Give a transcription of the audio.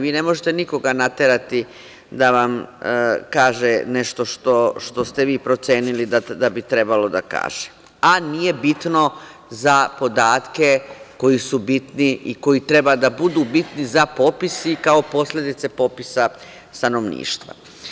Vi ne možete nikoga naterati da vam kaže nešto što ste vi procenili da bi trebalo da kaže, a nije bitno za podatke koji su bitni i koji treba da budu bitni za popis i kao posledica popisa stanovništva.